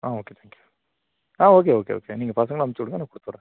ah okay thank you ஆ okay okay okay நீங்க பசங்கள அமுச்சி உடுங்க நான் குடுத்து உடுறேன்